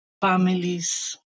families